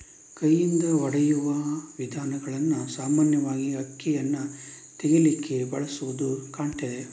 ಕೈಯಿಂದ ಹೊಡೆಯುವ ವಿಧಾನಗಳನ್ನ ಸಾಮಾನ್ಯವಾಗಿ ಅಕ್ಕಿಯನ್ನ ತೆಗೀಲಿಕ್ಕೆ ಬಳಸುದು ಕಾಣ್ತದೆ